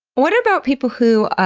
what about people who